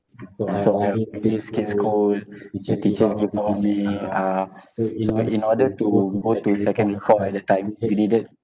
so I always skip school teacher teachers give it to me uh so but in order to go to secondary four at that time we needed